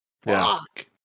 fuck